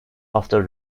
after